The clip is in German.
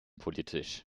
politisch